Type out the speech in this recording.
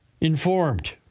informed